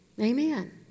Amen